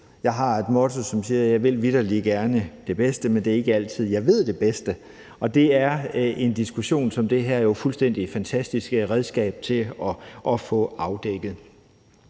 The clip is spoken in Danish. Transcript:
Jeg har det motto, at jeg vitterlig gerne vil det bedste, men det er ikke altid, at jeg ved det bedste, og det er en diskussion som den her jo et fuldstændig fantastisk redskab til at få afdækket.